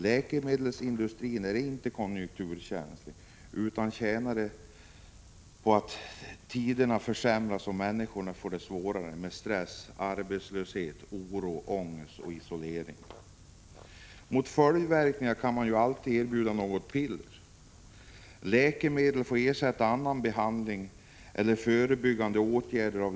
Läkemedelsindustrin är inte konjunkturkänslig utan tjänar på att tiderna försämras och människor får det svårare med stress, arbetslöshet, oro, ångest och isolering. Mot följdverkningarna kan man alltid erbjuda något piller. Läkemedel får ersätta annan behandling eller förebyggande åtgärder.